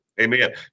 Amen